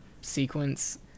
sequence